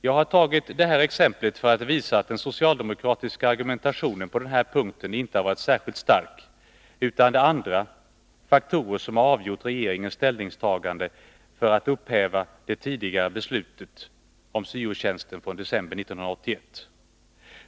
Jag har tagit detta exempel för att visa att den socialdemokratiska argumentationen på den här punkten inte har varit särskilt stark utan att det är andra faktorer som har avgjort regeringens ställningstagande när det gäller att upphäva det tidigare beslutet om syo-tjänster från december 1981.